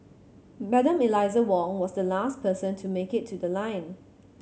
Madam Eliza Wong was the last person to make it to the line